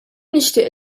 nixtieq